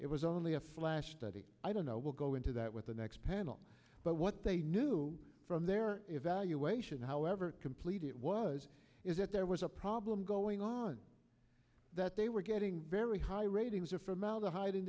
it was only a flash study i don't know we'll go into that with the next panel but what they knew from their evaluation however complete it was is that there was a problem going on that they were getting very high ratings of formaldehyde in